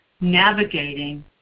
navigating